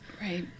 right